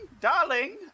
darling